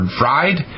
fried